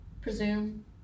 Presume